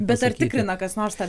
bet ar tikrina kas nors tą